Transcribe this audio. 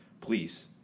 please